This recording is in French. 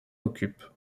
occupent